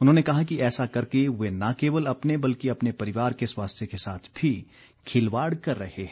उन्होंने कहा कि ऐसा करके वे न केवल अपने बल्कि अपने परिवार के स्वास्थ्य के साथ भी खिलवाड़ कर रहे हैं